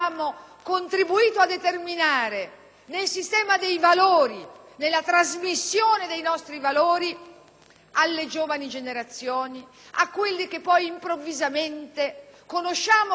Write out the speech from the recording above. alle giovani generazioni, a quelli che poi improvvisamente conosciamo come dei ragazzi normali ed improvvisamente scopriamo essere un branco o dare vita ad un branco.